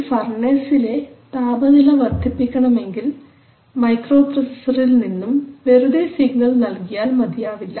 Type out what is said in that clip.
ഒരു ഫർണസിലെ താപനില വർദ്ധിപ്പിക്കണമെങ്കിൽ മൈക്രോപ്രൊസസ്സർഇൽ നിന്നും വെറുതെ സിഗ്നൽ നൽകിയാൽ മതിയാവില്ല